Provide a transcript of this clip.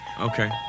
Okay